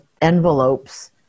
envelopes